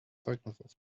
zeugnisses